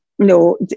No